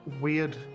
weird